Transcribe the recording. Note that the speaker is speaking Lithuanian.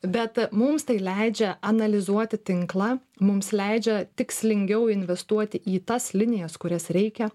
bet mums tai leidžia analizuoti tinklą mums leidžia tikslingiau investuoti į tas linijas kurias reikia